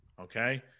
Okay